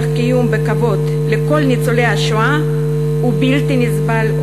קיום בכבוד לכל ניצולי השואה הוא בלתי נסבל.